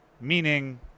meaning –